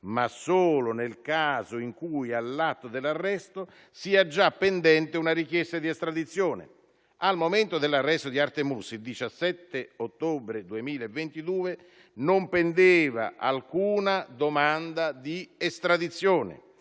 ma solo nel caso in cui all'atto dell'arresto sia già pendente una richiesta di estradizione. Al momento dell'arresto di Artem Uss, il 17 ottobre 2022, non pendeva alcuna domanda di estradizione.